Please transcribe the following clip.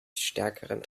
stärkeren